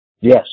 Yes